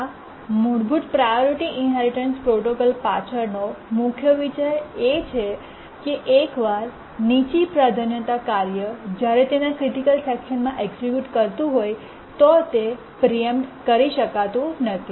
આ મૂળભૂત priority inheritance protocol પાછળનો મુખ્ય વિચાર એ છે કે એકવાર નીચી પ્રાધાન્યતા કાર્ય જ્યારે તેના ક્રિટિકલ સેકશનમાં એક્સિક્યૂટ કરતું હોય તો તે પ્રીએમ્પ્ટ કરી શકાતું નથી